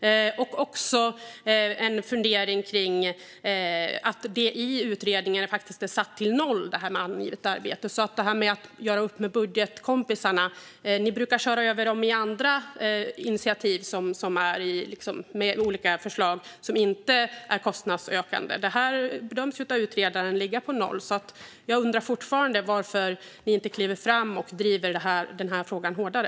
Jag har också en fundering kring att angivet arbete i utredningen är satt till noll. När det gäller att göra upp med budgetkompisarna brukar ni ju köra över dem i andra initiativ med olika förslag som inte är kostnadsökande. Den här kostnaden bedöms av utredaren ligga på noll, så jag undrar fortfarande varför ni inte kliver fram och driver den här frågan hårdare.